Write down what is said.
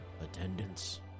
attendance